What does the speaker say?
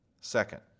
Second